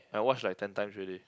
I watch like ten times ready